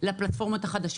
לפלטפורמות החדשות.